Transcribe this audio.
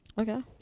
Okay